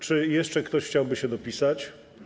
Czy jeszcze ktoś chciałby się dopisać?